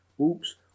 oops